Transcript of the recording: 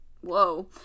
Whoa